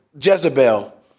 Jezebel